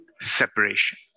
separation